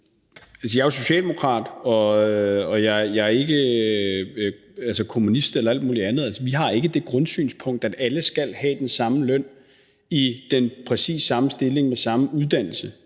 Jeg er jo socialdemokrat, og jeg er ikke kommunist eller alt muligt andet. Vi har ikke det grundsynspunkt, at alle skal have den samme løn i præcis den samme stilling med samme uddannelse.